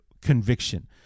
conviction